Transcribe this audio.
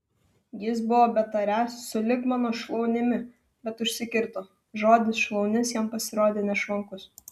jis buvo betariąs sulig mano šlaunimi bet užsikirto žodis šlaunis jam pasirodė nešvankus